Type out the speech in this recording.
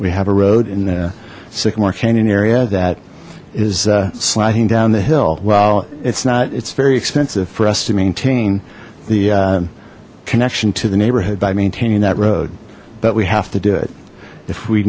we have a road in the sycamore canyon area that is sliding down the hill well it's not it's very expensive for us to maintain the connection to the neighborhood by maintaining that road but we have to do it if we